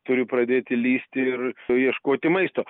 turi pradėti lįsti ir suieškoti maisto